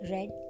Red